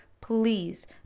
please